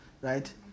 right